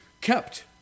kept